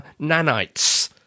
nanites